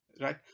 Right